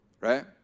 right